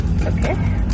Okay